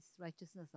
righteousness